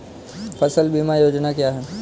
फसल बीमा योजना क्या है?